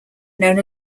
known